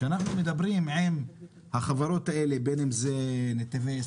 כשאנחנו מדברים עם החברות האלה: בין אם זה נתיבי ישראל,